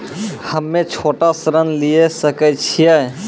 हम्मे छोटा ऋण लिये सकय छियै?